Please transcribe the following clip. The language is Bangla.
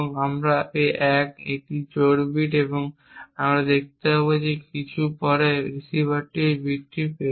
আবার 1 তাই এটি একটি জোড় বিট এবং আমরা দেখতে পাব যে কিছু পরে রিসিভারও এই বিটটি পেয়েছে